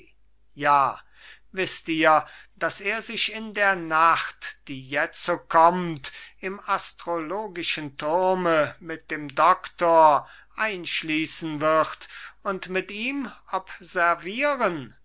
ja wißt ihr daß er sich in der nacht die jetzo kommt im astrologischen turme mit dem doktor einschließen wird und mit ihm observieren